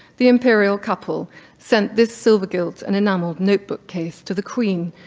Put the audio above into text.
the imperial couple sent this silver gilt and enameled notebook case to the queen,